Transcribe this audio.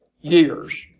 years